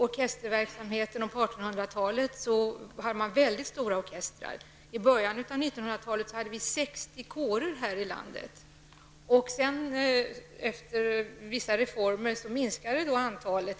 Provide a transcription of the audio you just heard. På 1800-talet hade man mycket stora orkestrar. I början av 1900-talet fanns det 60 kårer i landet. Men 1944 ökade åter antalet.